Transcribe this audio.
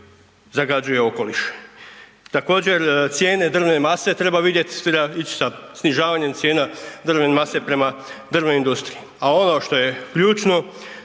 zagađuje okoliš. Također cijene drvne mase treba vidjeti, ići sa snižavanjem cijena drvne mase prema drvnoj industriji, a ono što je ključno